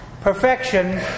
perfection